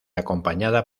acompañada